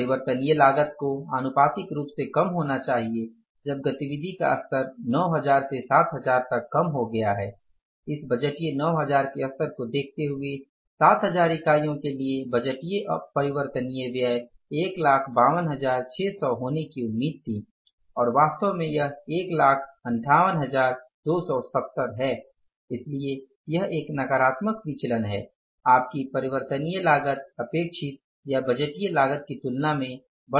परिवर्तनीय लागत को आनुपातिक रूप से कम होनी चाहिए जब गतिविधि का स्तर 9000 से 7000 तक कम हो गया है इस बजटीय 9000 के स्तर को देखते हुए 7000 इकाइयों के लिए बजटीय परिवर्तनीय व्यय 152600 होने की उम्मीद थी और वास्तव में यह 158270 है इसलिए यह एक नकारात्मक विचलन है आपकी परिवर्तनीय लागत अपेक्षित या बजटीय लागत की तुलना में बढ़ गयी है